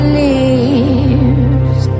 leaves